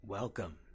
Welcome